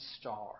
star